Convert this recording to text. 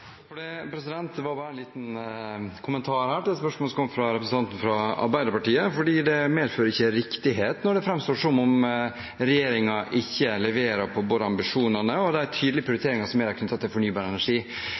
bare en liten kommentar til et spørsmål som kom fra en representant fra Arbeiderpartiet, for det medfører ikke riktighet når det framstår som om regjeringen ikke leverer på både ambisjonene og de tydelige prioriteringene som er der, knyttet til fornybar energi.